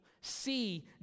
See